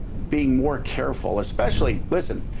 being more careful, especially listen,